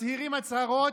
מצהירים הצהרות,